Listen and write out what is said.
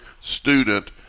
student